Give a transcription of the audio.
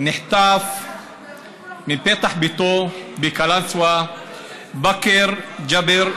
נחטף מפתח ביתו בקלנסווה בכר ג'אבר ג'ומהור.